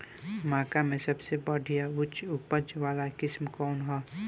मक्का में सबसे बढ़िया उच्च उपज वाला किस्म कौन ह?